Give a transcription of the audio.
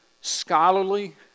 scholarly